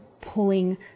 pulling